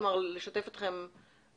כלומר לשתף אתכם?